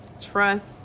Trust